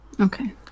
Okay